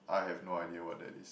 I have no idea what that is